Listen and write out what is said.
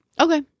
Okay